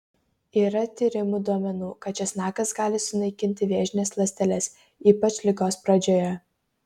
yra tyrimų duomenų kad česnakas gali sunaikinti vėžines ląsteles ypač ligos pradžioje